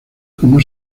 cómo